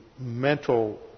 mental